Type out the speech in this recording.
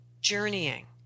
journeying